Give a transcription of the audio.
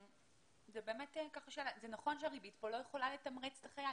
זה נכון שהריבית כאן לא יכולה לתמרץ את החייל.